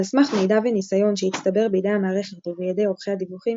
על סמך מידע וניסיון שהצטבר בידי המערכת ובידי עורכי הדיווחים,